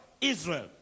Israel